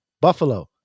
Buffalo